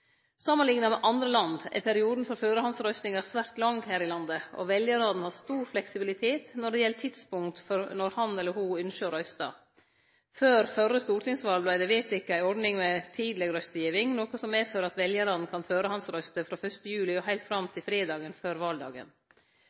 Samanlikna med andre land er perioden for førehandsrøystinga svært lang her i landet, og veljarane har stor fleksibilitet når det gjeld tidspunkt for når han eller ho ynskjer å røyste. Før førre stortingsval vart det vedteke ei ordning med tidlegrøystegiving, noko som medfører at veljarane kan førehandsrøyste frå 1. juli og heilt fram til fredagen før valdagen.